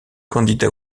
candidat